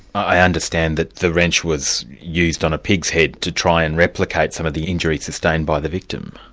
i understand that the wrench was used on a pig's head to try and replicate some of the injuries sustained by the victim?